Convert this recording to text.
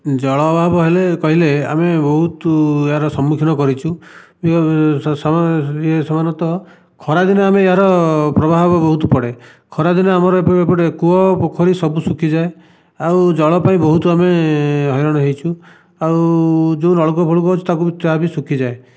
ଜଳ ଅଭାବ ହେଲେ କହିଲେ ଆମେ ବହୁତ ଏହାର ସମ୍ମୁଖୀନ କରିଛୁ ଇଏ ସାଧାରଣତଃ ଖରାଦିନେ ଆମେ ଏହାର ପ୍ରଭାବ ବହୁତ ପଡ଼େ ଖରାଦିନେ ଆମର ଏ ଏପଟେ କୂଅ ପୋଖରୀ ସବୁ ଶୁଖିଯାଏ ଆଉ ଜଳ ପାଇଁ ବହୁତ ଆମେ ହଇରାଣ ହୋଇଛୁ ଆଉ ଯେଉଁ ନଳକୂଅ ଫଳକୂଅ ଅଛି ତାକୁ ତାହା ବି ଶୁଖିଯାଏ